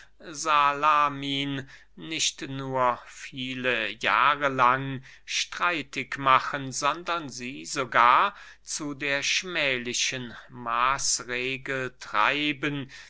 salamin nicht nur viele jahre lang streitig machen sondern sie sogar zu der schmählichen maßregel treiben